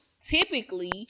typically